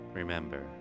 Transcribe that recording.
Remember